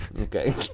Okay